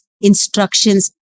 instructions